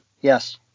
Yes